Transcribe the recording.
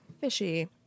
fishy